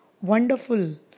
wonderful